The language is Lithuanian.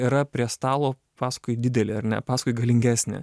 yra prie stalo paskui didelį ar ne paskui galingesnį